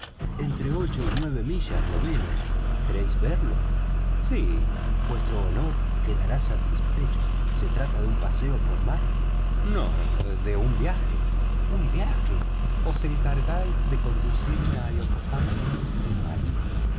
entre ocho y nueve millas lo menos queréis verlo sí vuestro honor quedará satisfecho se trata de un paseo por mar no de un viaje un viaje os encargáis de conducirme a yokohama el marino